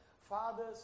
fathers